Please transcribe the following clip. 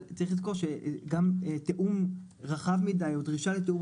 אבל צריך לזכור שגם תיאום רחב מידי או דרישה לתיאום